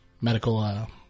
medical